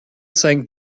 sank